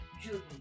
Julie